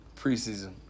Preseason